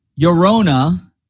Yorona